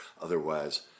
Otherwise